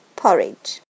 porridge